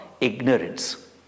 ignorance